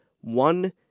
One